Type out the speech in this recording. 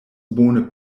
bone